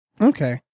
Okay